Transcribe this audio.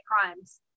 crimes